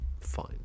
fine